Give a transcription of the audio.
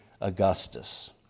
Augustus